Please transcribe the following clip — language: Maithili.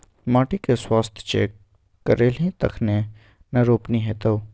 माटिक स्वास्थ्य चेक करेलही तखने न रोपनी हेतौ